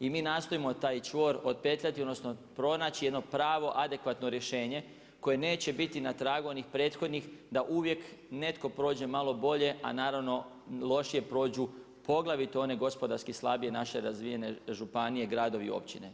I mi nastojimo taj čvor otpetljati odnosno pronaći jedno pravo adekvatno rješenje koje neće biti na tragu onih prethodnih da uvijek netko prođe malo bolje, a naravno lošije prođu poglavito one gospodarski slabije naše razvijene županije gradovi i općine.